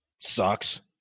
Sucks